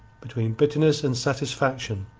between bitterness and satisfaction,